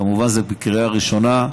כמובן, זה בקריאה ראשונה.